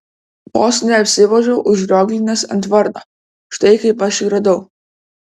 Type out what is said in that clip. vos neapsivožiau užrioglinęs ant varno štai kaip aš jį radau